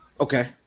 Okay